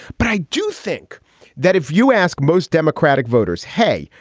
but i do think that if you ask most democratic voters, hey,